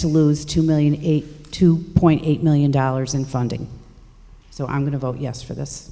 to lose two million a two point eight million dollars in funding so i'm going to vote yes for